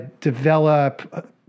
develop